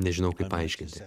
nežinau kaip paaiškinti